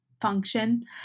function